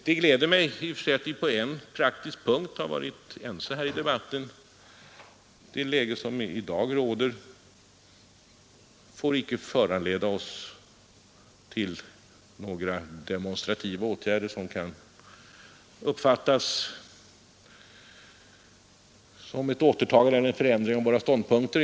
Det gläder mig dock att vi i denna debatt på en praktisk punkt alla har varit ense, nämligen därom att det läge som i dag råder inte får föranleda oss till några åtgärder, som kan uppfattas som ett återtagande eller som en förändring av våra ståndpunkter.